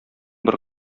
бер